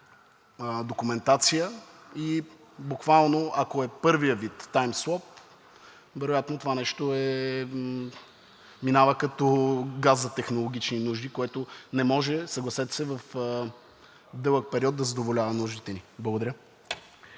документация? Буквално, ако е първият вид – таймсуап, вероятно това нещо минава като газ за технологични нужди, което не може, съгласете се, в дълъг период да задоволява нуждите ни. Благодаря.